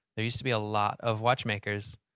there used to be a lot of watchmakers